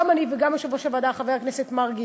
גם אני וגם יושב-ראש הוועדה חבר הכנסת מרגי,